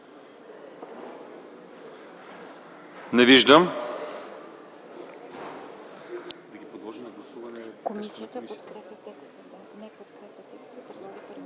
Ние виждаме